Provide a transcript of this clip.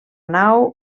nau